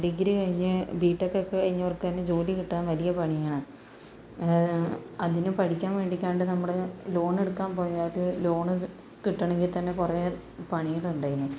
degree കഴിഞ്ഞ് ബിടെക്ക്കൊക്കെ കഴിഞ്ഞവർക്ക് ജോലി കിട്ടാൻ വലിയ പണിയാണ് അതായത് അതിന് പഠിക്കാൻ വേണ്ടിയിട്ടാണല്ലോ നമ്മള് ലോണെടുക്കാൻ പോയത് ലോൺ കിട്ടണമെങ്കിൽ തന്നെ കുറെ പണികളുണ്ട് അതിന്